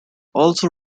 also